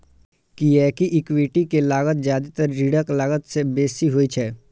कियैकि इक्विटी के लागत जादेतर ऋणक लागत सं बेसी होइ छै